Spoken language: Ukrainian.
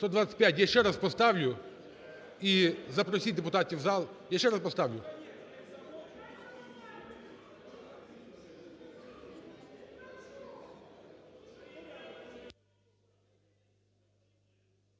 За-125 Я ще раз поставлю, і запросіть депутатів в зал. Я ще раз поставлю.